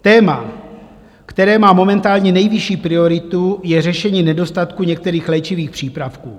Téma, které má momentálně nejvyšší prioritu, je řešení nedostatku některých léčivých přípravků.